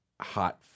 hot